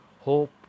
hope